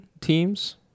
teams